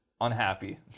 unhappy